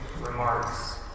remarks